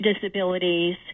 disabilities